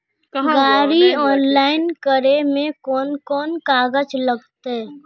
गाड़ी ऑनलाइन करे में कौन कौन कागज लगते?